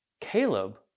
Caleb